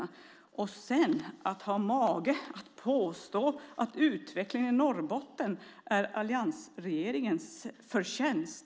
Men att sedan ha mage att påstå att utvecklingen i Norrbotten är alliansregeringens förtjänst .